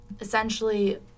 essentially